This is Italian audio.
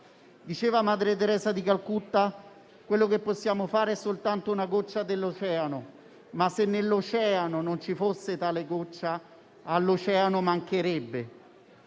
Diceva madre Teresa di Calcutta: quello che possiamo fare è soltanto una goccia nell'Oceano. Ma se nell'Oceano non ci fosse tale goccia, all'oceano mancherebbe.